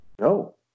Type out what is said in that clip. No